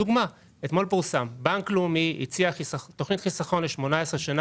דוגמה: אתמול פורסם שבנק לאומי הציע תכנית חיסכון ל-18 שנה